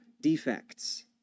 defects